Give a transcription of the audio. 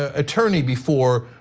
ah attorney before,